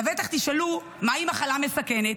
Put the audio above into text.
לבטח תשאלו: מה היא מחלה מסכנת?